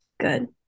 good